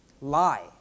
lie